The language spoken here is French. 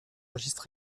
registres